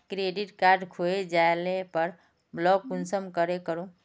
Credit card खोये जाले पर ब्लॉक कुंसम करे करूम?